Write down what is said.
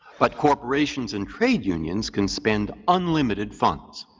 but corporations and trade unions can spend unlimited funds.